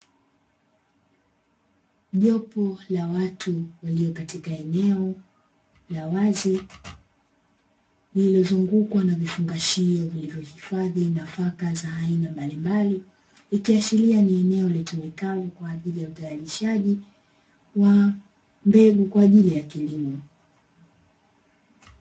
Jopo la watu walio katika eneo la wazi, lililozungukwa na vifungashio vya kuhifadhia nafaka za aina mbalimbali, likiashiria ni eneo litumikalo kwa ajili ya utayarishaji wa mbegu kwa ajili ya kilimo.